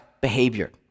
behavior